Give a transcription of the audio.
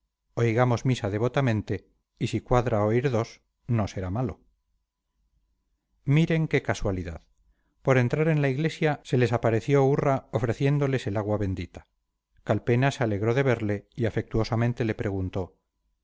oigamos misa devotamente y si cuadra oír dos no será malo miren qué casualidad por entrar en la iglesia se les apareció urra ofreciéndoles el agua bendita calpena se alegró de verle y afectuosamente le preguntó